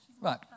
Right